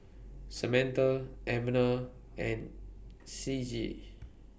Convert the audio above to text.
Samantha Abner and Ciji